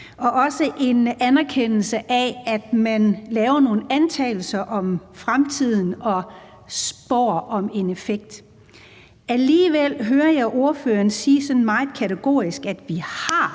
også en anerkendelse af, at man laver nogle antagelser om fremtiden og spår om en effekt. Alligevel hører jeg ordføreren sige sådan meget kategorisk, at man har